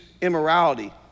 immorality